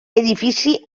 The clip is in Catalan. edifici